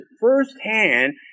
firsthand